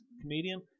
comedian